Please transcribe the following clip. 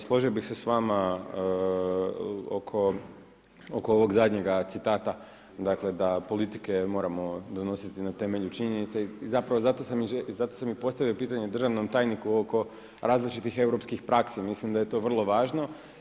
Složio bih se s vama oko ovoga zadnjega citata dakle da politike moramo donositi na temelju činjenica i zapravo zato sam i postavio pitanje državnom tajniku oko različitih europskih praksi, mislim da je to vrlo važno.